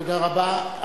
תודה רבה.